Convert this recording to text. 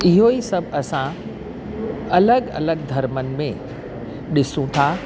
इहो ई सभु असां अलॻि अलॻि धर्मनि में ॾिसूं था